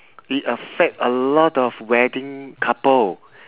it affect a lot of wedding couple